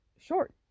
short